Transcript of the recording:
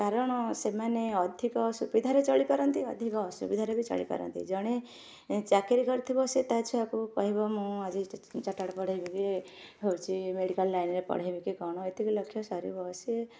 କାରଣ ସେମାନେ ଅଧିକ ସୁବିଧାରେ ଚଳିପାରନ୍ତି ଅଧିକ ଅସୁବିଧାରେ ବି ଚଳିପାରନ୍ତି ଜଣେ ଚାକିରୀ କରିଥିବ ସେ ତା' ଛୁଆଙ୍କୁ କହିବ ମୁଁ ଆଜି ଚାଟାର୍ଡ଼ ପଢ଼ାଇବି ହେଉଛି ମେଡ଼ିକାଲ ଲାଇନ୍ରେ ପଢ଼ାଇବି କି କ'ଣ ଏତିକି ଲକ୍ଷ ସାରିବ ସେ